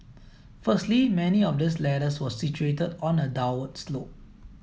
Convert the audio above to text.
firstly many of these ladders were situated on a downward slope